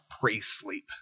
pre-sleep